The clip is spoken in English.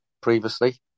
previously